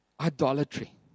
idolatry